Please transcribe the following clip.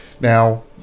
Now